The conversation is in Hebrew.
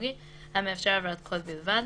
טכנולוגי המאפשר העברת קול בלבד,